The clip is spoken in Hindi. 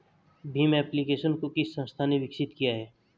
भीम एप्लिकेशन को किस संस्था ने विकसित किया है?